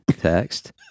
text